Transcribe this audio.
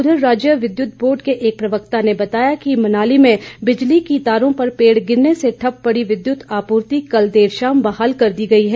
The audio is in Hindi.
उधर विद्युत बोर्ड के एक प्रवक्ता ने बताया कि मनाली में बिजली की तारों पर पेड़ गिरने से ठप्प पड़ी विद्युत आपूर्ति कल देर शाम बहाल कर दी गई है